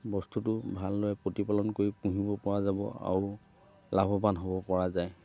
বস্তুটো ভালদৰে প্ৰতিপালন কৰি পুহিব পৰা যাব আৰু লাভৱান হ'ব পৰা যায়